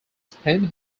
spend